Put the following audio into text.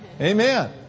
Amen